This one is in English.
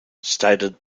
stated